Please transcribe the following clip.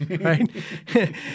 right